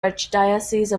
archdiocese